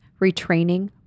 retraining